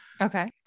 Okay